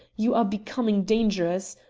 you are becoming dangerous.